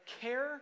care